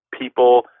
people